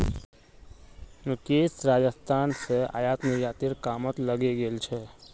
मुकेश राजस्थान स आयात निर्यातेर कामत लगे गेल छ